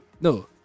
No